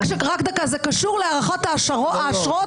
זה קשור להארכת האשרות.